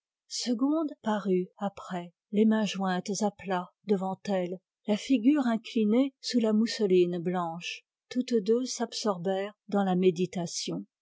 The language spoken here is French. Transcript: segonde parut après les mains jointes à plat devant elle la figure inclinée sous la mousseline blanche toutes deux s'absorbèrent dans la méditation